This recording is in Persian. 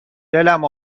دلم